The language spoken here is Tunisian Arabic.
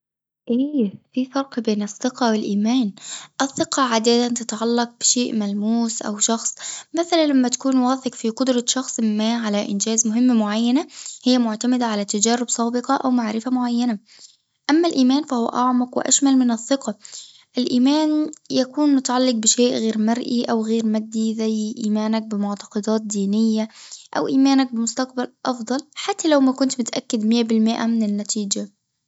ايه في فرق بين الثقة والإيمان، الثقة عادة تتعلق بشيء ملموس أو شخص، مثلًا لما تكون واثق في قدرة شخص ما على إنجاز مهمة معينة هي معتمدة على تجارب سابقة أو معرفة معينة، أما الإيمان فهو أعمق وأشمل من الثقة، الإيمان يكون متعلق بشئ غير مرئي أو غير مادي زي إيمانك بمعتقدات دينية، أو إيمانك بمستقبل أفضل حتى لو ما كنتش متأكد مية بالمئة من النتيجة.